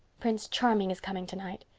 prince charming is coming tonight.